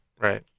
Right